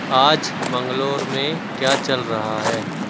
آج منگلور میں کیا چل رہا ہے